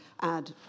add